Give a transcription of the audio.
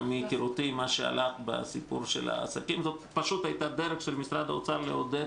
מהיכרותי עם עניין העסקים זאת פשוט הייתה דרך של משרד האוצר לעודד